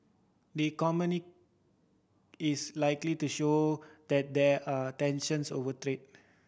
the is likely to show that there are tensions over trade